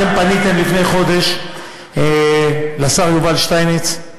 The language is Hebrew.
אתם פניתם לפני חודש לשר יובל שטייניץ,